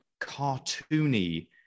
cartoony